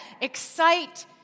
excite